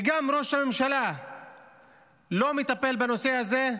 וגם ראש הממשלה לא מטפל בנושא הזה,